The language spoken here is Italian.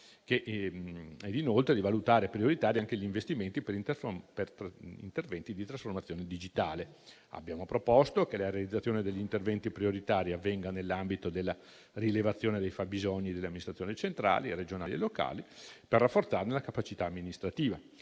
al PNRR (PNC), oltre agli investimenti per interventi di trasformazione digitale. Abbiamo proposto che la realizzazione degli interventi prioritari avvenga nell'ambito della rilevazione dei fabbisogni delle amministrazioni centrali, regionali e locali per rafforzarne la capacità amministrativa.